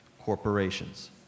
corporations